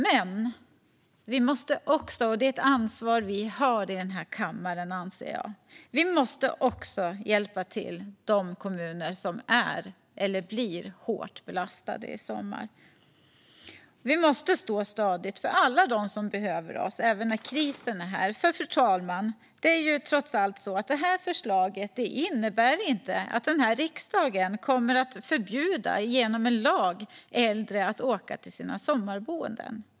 Men vi måste också - det är ett ansvar som jag anser att vi har i den här kammaren - hjälpa de kommuner som är eller blir hårt belastade i sommar. Vi måste stå stadigt för alla dem som behöver oss, även när krisen är här. Fru talman! Det är trots allt så att detta förslag inte innebär att riksdagen genom en lag kommer att förbjuda äldre att åka till sina sommarboenden.